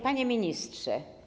Panie Ministrze!